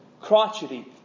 crotchety